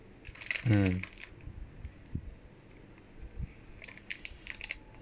mm